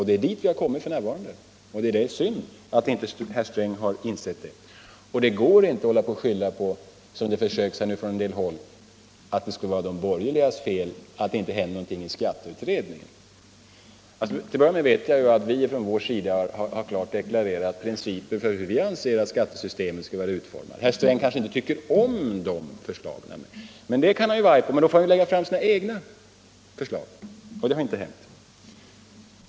Det är dit vi kommit f. n., och det är synd att inte herr Sträng har insett det. Det går inte att — som en del försöker göra — skylla på de borgerliga för att det inte händer någonting i skatteutredningen. Till att börja med vet jag att vi från vår sida har klart deklarerat principer för hur vi anser att skattesystemet skall vara utformat. Herr Sträng kanske inte tycker om de förslagen — och han kan vara arg på dem — men då får han lägga fram egna förslag. Det har inte hänt.